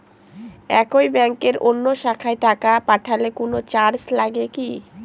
একই ব্যাংকের অন্য শাখায় টাকা পাঠালে কোন চার্জ লাগে কি?